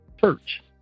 church